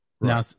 Now